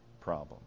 problem